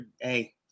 hey